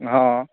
हँ